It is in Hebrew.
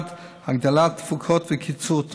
1. הגדלת תפוקות וקיצור תורים,